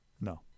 No